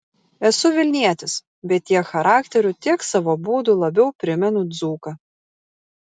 esu vilnietis bet tiek charakteriu tiek savo būdu labiau primenu dzūką